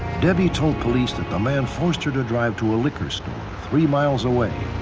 debbie told police that the man forced her to drive to a liquor store three miles away.